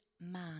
man